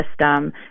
system